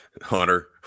Hunter